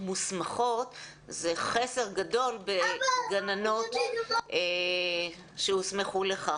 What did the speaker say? מוסמכות זה חסר גדול בגננות שהוסמכו לכך.